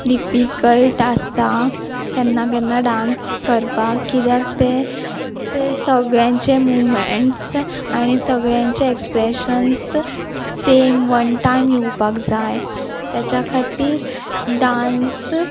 difficult आसता केन्ना केन्ना डांस करपाक किद्याक तें तें सगळ्यांचे मुवमेंट्स आनी सगळ्यांचे एक्सप्रेशन्स सेम वन टायम येवपाक जाय तेच्या खातीर डांस